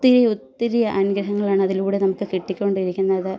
ഒത്തിരി ഒത്തിരി അനുഗ്രഹങ്ങളാണ് അതിലൂടെ നമുക്ക് കിട്ടിക്കൊണ്ടിരിക്കുന്നത്